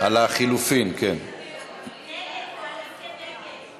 ההסתייגות לחלופין של חברי הכנסת חיים